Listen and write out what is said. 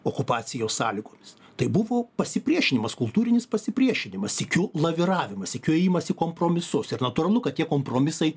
okupacijos sąlygomis tai buvo pasipriešinimas kultūrinis pasipriešinimas sykiu laviravimas sykiu ėjimas į kompromisus ir natūralu kad tie kompromisai